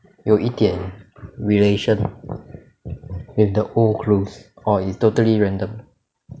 有一点 relation with the old clues or it's totally random